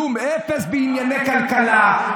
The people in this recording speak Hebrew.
אפס בענייני כלכלה,